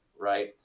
right